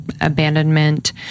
Abandonment